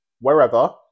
wherever